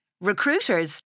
Recruiters